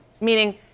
meaning